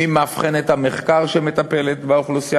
על מאבחנת המחקר שמטפלת באוכלוסייה.